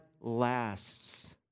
lasts